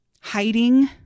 hiding